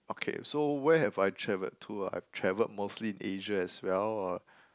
okay so where have I traveled to I've traveled mostly in Asia as well uh